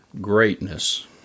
greatness